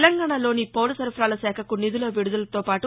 తెలంగాణాలోని పౌర సరఫరాల శాఖకు నిధుల విడుదలతో పాటు